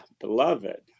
beloved